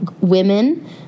women